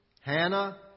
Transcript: Hannah